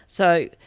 so,